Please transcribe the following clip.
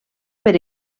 per